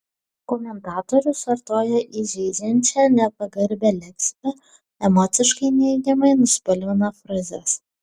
komentatorius vartoja įžeidžiančią nepagarbią leksiką emociškai neigiamai nuspalvina frazes